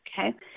Okay